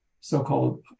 so-called